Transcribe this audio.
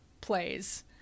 plays